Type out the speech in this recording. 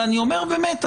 אבל אני אומר באמת,